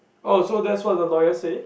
oh so that's what the lawyer say